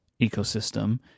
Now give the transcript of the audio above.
ecosystem